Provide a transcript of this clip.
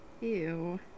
Ew